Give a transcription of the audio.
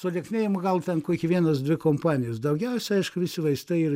sulieknėjimo gal ten kokie vienas dvi kompanijos daugiausiai aišku visi vaistai yra